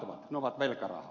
ne ovat velkarahaa